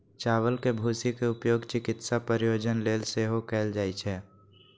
चावल के भूसी के उपयोग चिकित्सा प्रयोजन लेल सेहो कैल जाइ छै